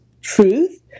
truth